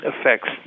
affects